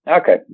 Okay